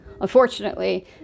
unfortunately